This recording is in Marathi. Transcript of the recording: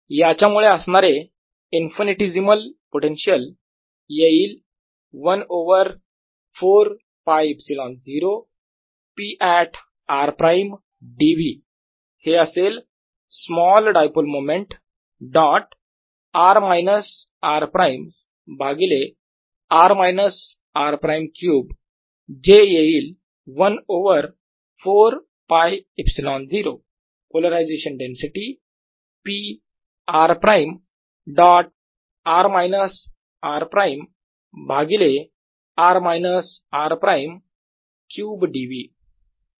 याच्यामुळे असणारे इन्फिनिटी सिमल पोटेन्शियल येईल 1 over 4πε0 P at r prime dv हे असेल small dipole moment dot r minus r prime भागिले r minus r prime cube जे येईल 1 over 4πε0 polarisation density P r prime dot r minus r prime भागिले r minus r prime cube dv